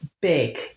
Big